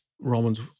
Roman's